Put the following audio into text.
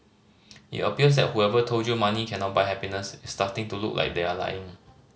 it appears that whoever told you money cannot buy happiness is starting to look like they are lying